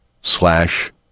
slash